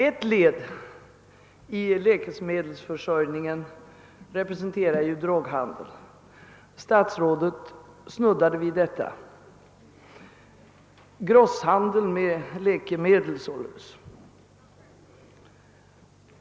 Statsrådet snuddade vid ett annat led i läkemedelsdistributionen, nämligen droghandeln, d.v.s. grosshandeln med läkemedel.